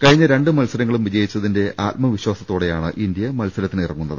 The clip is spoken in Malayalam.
കഴിഞ്ഞ രണ്ട് മത്സരങ്ങളും വിജയിച്ചതിന്റെ ആത്മവിശ്വാസത്തോടെയാണ് ഇന്ത്യ മത്സരത്തിനിറങ്ങുന്നത്